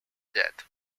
death